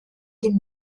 den